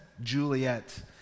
Juliet